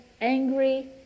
angry